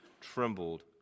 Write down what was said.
trembled